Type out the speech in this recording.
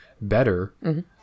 better